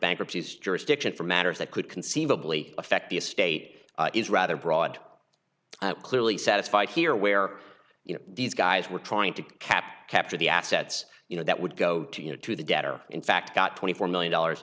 bankruptcy is jurisdiction for matters that could conceivably affect the estate is rather broad clearly satisfied here where you know these guys were trying to cap capture the assets you know that would go to you know to the debtor in fact got twenty four million dollars